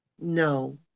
no